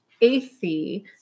AC